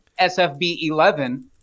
SFB11